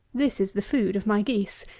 this is the food of my geese.